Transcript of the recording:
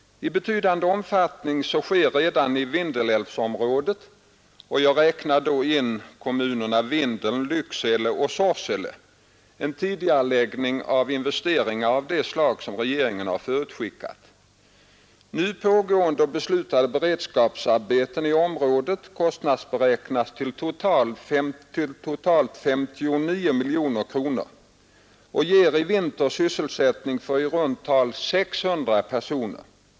I betydande omfattning sker redan i Vindelälvsområdet, i vilket jag i detta sammanhang inräknar kommunerna Vindeln, Lycksele och Sorsele, en tidigareläggning av investeringar av det slag som regeringen förutskickat. Nu pågående eller beslutade beredskapsarbeten i området kostnadsberäknas till totalt 59 miljoner kronor och ger i vinter sysselsättning för i runt tal 600 personer.